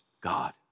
God